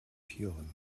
tieren